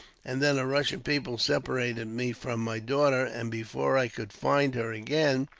and then a rush of people separated me from my daughter and before i could find her again,